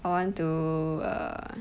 I want to err